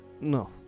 No